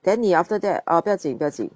then 你 after that oh 不要紧不要紧